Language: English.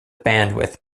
bandwidth